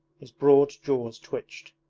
his broad jaws twitched,